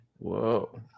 Whoa